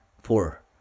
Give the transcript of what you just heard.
four